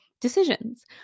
decisions